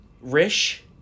Rish